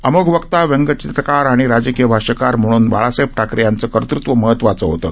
अमोघ वक्ता व्यंगचित्रकार आणि राजकीय भाष्यकार म्हणून बाळासाहेब ठाकरे यांचं कर्तत्व महत्त्वाचं होतं